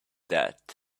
that